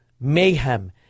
mayhem